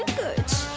good's